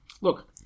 look